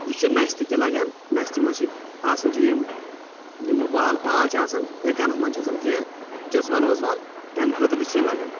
یہِ چھُ نستہِ تہِ لگان نستہِ منٛز چھِ آسان چھِ یِم یِم وال پال چھِ آسان یا کنس منٛز چھِ آسان کینٛہہ جژ وال وژ وال تمہِ خٲطرٕ تہِ چھُ لگان